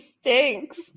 stinks